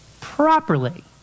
properly